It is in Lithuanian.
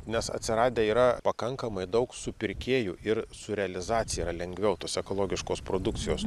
nes atsiradę yra pakankamai daug supirkėjų ir su realizacija yra lengviau tos ekologiškos produkcijos